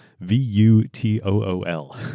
V-U-T-O-O-L